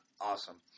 Awesome